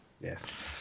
Yes